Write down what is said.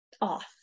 off